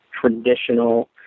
traditional